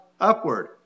upward